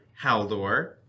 Haldor